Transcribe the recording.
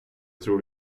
tror